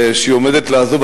שהיא עומדת לעזוב.